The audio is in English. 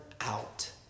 out